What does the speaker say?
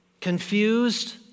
Confused